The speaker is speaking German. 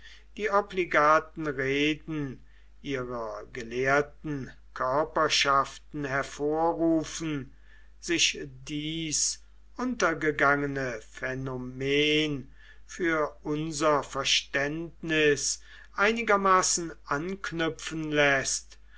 die obligaten reden ihrer gelehrten körperschaften hervorrufen sich dies untergegangene phänomen für unser verständnis einigermaßen anknüpfen läßt